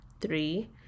three